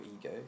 ego